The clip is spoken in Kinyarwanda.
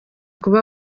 kuba